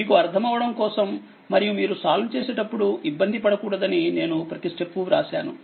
మీకు అర్థం అవ్వడం కోసం మరియు మీరు సాల్వ్ చేసేటప్పుడు ఇబ్బంది పడకూడదని నేను ప్రతి దశ ఇక్కడ వ్రాసాను